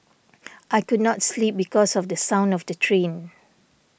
I could not sleep because of the sound of the train